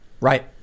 Right